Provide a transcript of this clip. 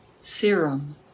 Serum